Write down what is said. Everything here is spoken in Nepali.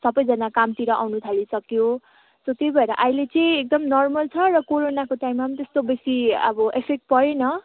सबैजना कामतिर आउनु थालिसक्यो र त्यही भएर अहिले चाहिँ एकदम नर्मल छ र कोरोनाको टाइममा पनि त्यस्तो बेसी अब एफेक्ट परेन